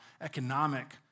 economic